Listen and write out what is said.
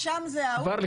הזאת.